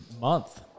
month